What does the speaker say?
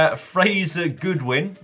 ah frazer goodwin,